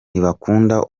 ntibakunda